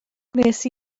gwnes